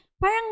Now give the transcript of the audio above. Parang